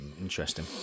Interesting